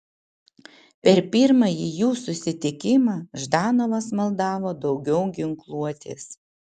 per pirmąjį jų susitikimą ždanovas maldavo daugiau ginkluotės